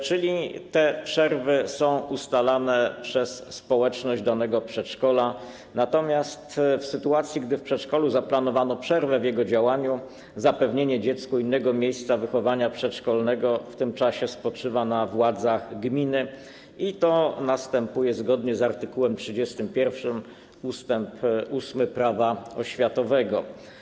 Czyli te przerwy są ustalane przez społeczność danego przedszkola, natomiast w sytuacji, gdy w przedszkolu zaplanowano przerwę w jego działaniu, zapewnienie dziecku innego miejsca wychowania przedszkolnego w tym czasie spoczywa na władzach gminy, co następuje zgodnie z art. 31 ust. 8 Prawa oświatowego.